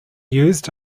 used